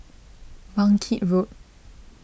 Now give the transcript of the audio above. Bangkit Road